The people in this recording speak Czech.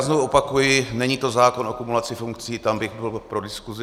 Znovu opakuji, není to zákon o kumulaci funkcí, tam bych byl pro diskuzi.